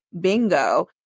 bingo